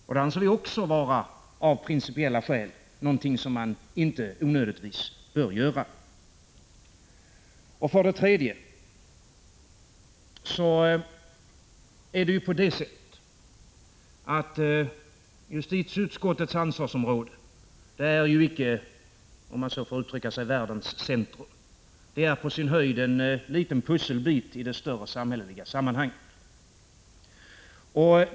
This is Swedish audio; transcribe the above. Också detta anser vi, av principiella skäl, vara något som man inte onödigtvis bör göra. Det tredje argumentet är att justitieutskottets ansvarsområde icke är — låt mig uttrycka det så — världens centrum. Det är på sin höjd en liten pusselbit i den större samhälleliga bilden.